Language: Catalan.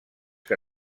que